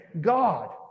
God